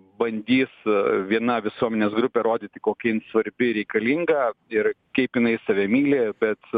bandys viena visuomenės grupė rodyti kokia jin svarbi ir reikalinga ir kaip jinai save myli bet